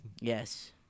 Yes